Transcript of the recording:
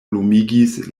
lumigis